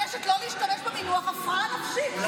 אני מבקשת לא להשתמש במינוח "הפרעה נפשית".